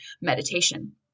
meditation